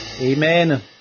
Amen